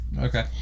okay